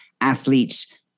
athletes